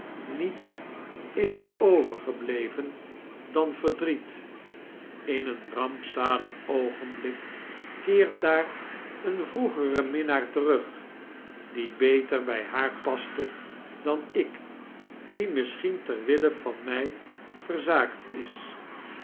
niets is er overgebleven dan verdrieit in een rampzalig oogenblik keert daar een vroegere minnaar terug die befer bij haar paste dan ik die misschien ter wille van mij verzaakt is